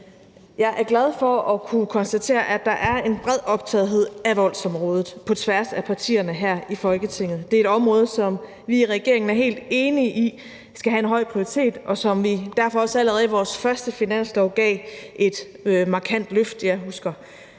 Jeg er glad for at kunne konstatere, at der er en bred optagethed af voldsområdet på tværs af partierne her i Folketinget. Det er et område, som vi i regeringen er helt enig i skal have en høj prioritet, og som vi derfor også allerede i vores første finanslov gav et markant løft. Jeg husker